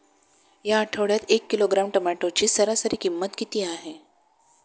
या आठवड्यात एक किलोग्रॅम टोमॅटोची सरासरी किंमत किती आहे?